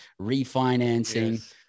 refinancing